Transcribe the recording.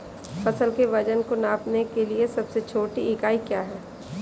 फसल के वजन को नापने के लिए सबसे छोटी इकाई क्या है?